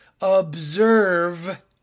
observe